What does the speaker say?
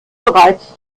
bereits